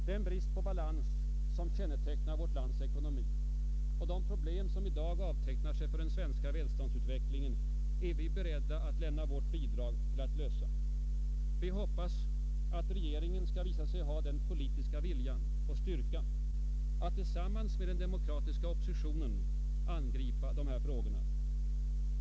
Den brist på balans som kännetecknar vårt lands ekonomi och de problem som i dag avtecknar sig för den svenska välståndsutvecklingen är vi beredda att lämna vårt bidrag till att lösa. Vi hoppas att regeringen skall visa sig ha den politiska viljan och styrkan att tillsammans med den demokratiska oppositionen angripa dessa frågor.